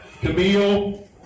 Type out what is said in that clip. Camille